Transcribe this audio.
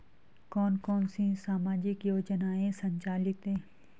कौन कौनसी सामाजिक योजनाएँ संचालित है?